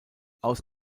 aus